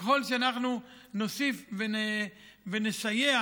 שככל שאנחנו נוסיף ונסייע